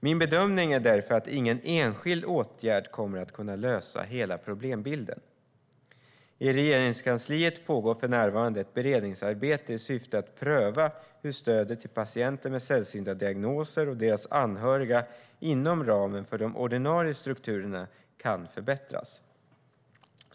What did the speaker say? Min bedömning är därför att ingen enskild åtgärd kommer att kunna lösa hela problembilden. I Regeringskansliet pågår för närvarande ett beredningsarbete i syfte att pröva hur stödet till patienter med sällsynta diagnoser och deras anhöriga, inom ramen för de ordinarie strukturerna, kan förbättras.